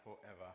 forever